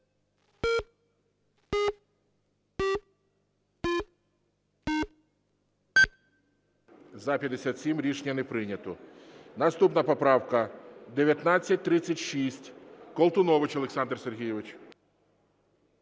За-57 Рішення не прийнято. Наступна поправка 1936, Колтунович Олександр Сергійович.